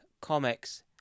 comics